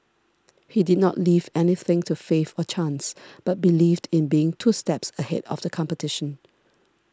he did not leave anything to faith or chance but believed in being two steps ahead of the competition